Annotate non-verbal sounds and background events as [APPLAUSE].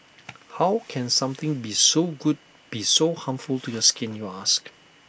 [NOISE] how can something be so good be so harmful to your skin you ask